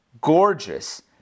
gorgeous